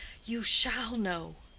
you shall know.